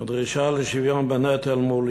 הדרישה לשוויון בנטל מול